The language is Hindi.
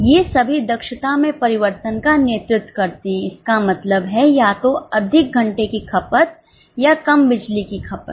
ये सभी दक्षता में परिवर्तन का नेतृत्व करते हैं इसका मतलब है या तो अधिक घंटे की खपत या कम बिजली की खपत